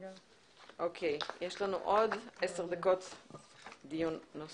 ננעלה בשעה 11:40.